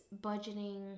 budgeting